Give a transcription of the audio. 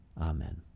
Amen